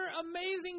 amazing